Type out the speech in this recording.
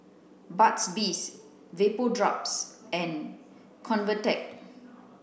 Burt's Bees Vapodrops and Convatec